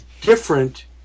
different